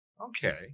Okay